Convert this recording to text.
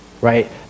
Right